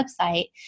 website